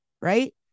Right